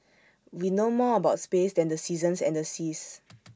we know more about space than the seasons and the seas